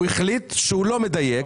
הוא החליט שהוא לא מדייק,